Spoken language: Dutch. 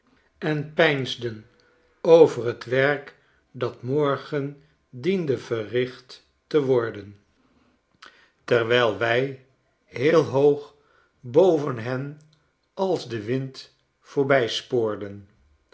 en peinsden over t werk dat morgen diende verricht te worden terwijl wy heel hoog boven hen als de wind